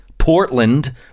Portland